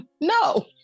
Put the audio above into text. no